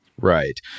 Right